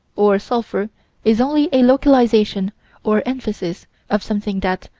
or sulphur is only a localization or emphasis of something that,